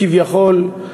כביכול,